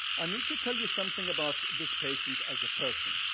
i need to tell you something about this patient as a person,